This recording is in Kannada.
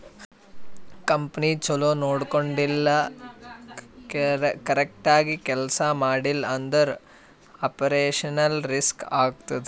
ಕಂಪನಿ ಛಲೋ ನೊಡ್ಕೊಂಡಿಲ್ಲ, ಕರೆಕ್ಟ್ ಆಗಿ ಕೆಲ್ಸಾ ಮಾಡ್ತಿಲ್ಲ ಅಂದುರ್ ಆಪರೇಷನಲ್ ರಿಸ್ಕ್ ಆತ್ತುದ್